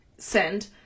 send